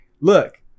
look